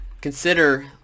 Consider